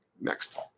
Next